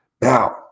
Now